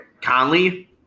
Conley